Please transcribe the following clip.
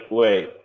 wait